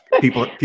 people